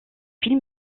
film